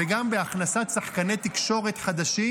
וגם בהכנסת שחקני תקשורת חדשים,